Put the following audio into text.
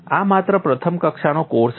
આ માત્ર પ્રથમ કક્ષાનો કોર્સ છે